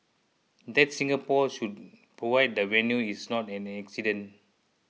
that Singapore should provide the venue is not an accident